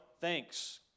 thanks